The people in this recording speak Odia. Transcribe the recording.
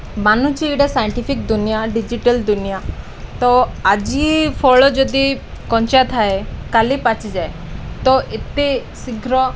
ମାନୁଚି ଏଇଟା ସାଇଣ୍ଟିଫିକ୍ ଦୁନିଆ ଡିଜିଟାଲ ଦୁନିଆ ତ ଆଜି ଫଳ ଯଦି କଞ୍ଚା ଥାଏ କାଲି ପାଚିଯାଏ ତ ଏତେ ଶୀଘ୍ର